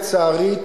לצערי,